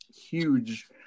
huge